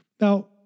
Now